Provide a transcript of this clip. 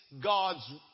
God's